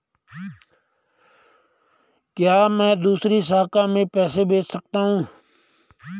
क्या मैं दूसरी शाखा में पैसे भेज सकता हूँ?